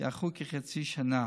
יארכו כחצי שנה.